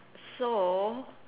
so